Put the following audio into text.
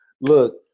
Look